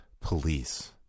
police